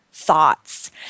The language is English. thoughts